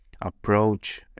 approach